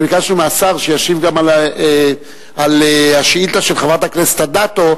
אבל ביקשנו מהשר שישיב גם על השאילתא של חברת הכנסת אדטו,